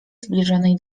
zbliżonej